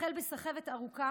החל בסחבת ארוכה,